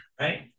right